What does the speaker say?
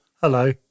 Hello